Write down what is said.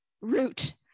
root